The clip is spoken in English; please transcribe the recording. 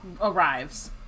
arrives